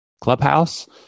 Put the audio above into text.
Clubhouse